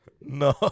No